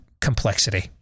complexity